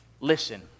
listen